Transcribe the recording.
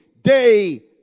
day